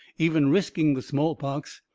even risking the smallpox.